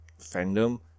fandom